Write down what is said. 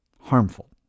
harmful